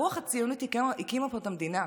הרוח הציונית הקימה פה את המדינה,